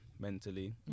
mentally